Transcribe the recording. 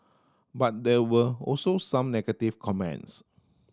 but there were also some negative comments